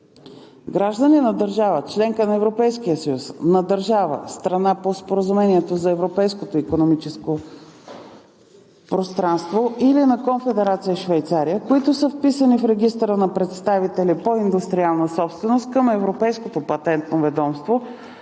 Граждани на държава – членка на Европейския съюз, на държава – страна по Споразумението за Европейското икономическо пространство, или на Конфедерация Швейцария, които са вписани в Регистъра на представителите по индустриална собственост към Европейското патентно ведомство,